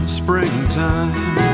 springtime